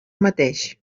mateix